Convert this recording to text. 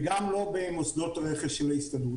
וגם לא במוסדות רכש של ההסתדרות.